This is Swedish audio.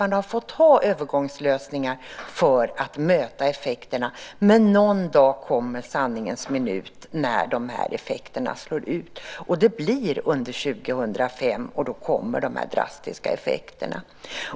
Man har fått ha övergångslösningar för att möta effekterna. Men någon dag kommer sanningens minut när de effekterna slår ut. Det blir under 2005. Då kommer de drastiska effekterna.